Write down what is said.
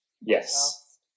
Yes